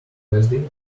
tuesday